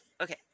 okay